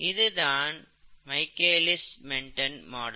இது தான் Michaelis Menten model